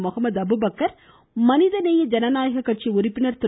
முகமது அபுபக்கர் மனிதநேய ஜனநாயக கட்சி உறுப்பினர் திரு